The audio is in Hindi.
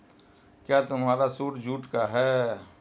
क्या तुम्हारा सूट जूट का है?